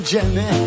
Jimmy